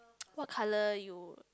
what color you